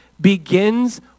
begins